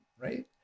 right